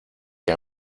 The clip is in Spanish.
que